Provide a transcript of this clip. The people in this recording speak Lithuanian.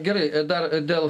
gerai dar dėl